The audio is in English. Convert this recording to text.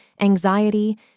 anxiety